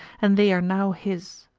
and they are now his.